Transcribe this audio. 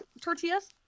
tortillas